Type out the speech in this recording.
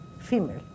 Female